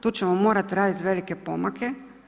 Tu ćemo morati raditi velike pomake.